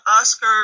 Oscar